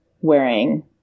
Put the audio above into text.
wearing